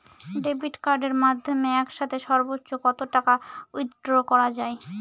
Debit কার্ডের মাধ্যমে একসাথে সর্ব্বোচ্চ কত টাকা উইথড্র করা য়ায়?